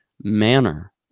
manner